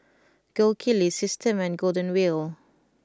Gold Kili Systema and Golden Wheel